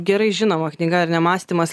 gerai žinoma knyga ar ne mąstymas